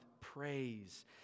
praise